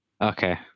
Okay